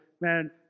man